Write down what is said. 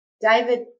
David